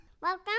Welcome